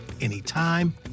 anytime